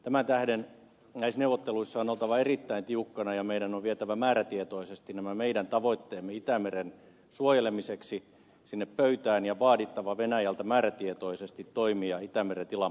tämän tähden näissä neuvotteluissa on oltava erittäin tiukkana ja meidän on vietävä määrätietoisesti nämä meidän tavoitteemme itämeren suojelemiseksi sinne pöytään ja vaadittava venäjältä määrätietoisesti toimia itämeren tilan